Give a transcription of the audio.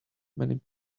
many